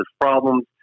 problems